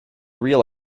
real